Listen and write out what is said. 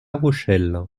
rochelle